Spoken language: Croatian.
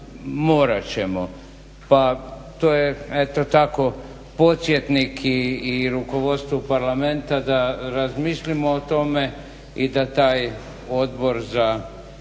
morat ćemo pa to je eto tako podsjetnik i rukovodstvu parlamenta da razmislimo o tome i da taj odbor za